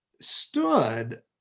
stood